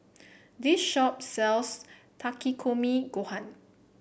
this shop sells Takikomi Gohan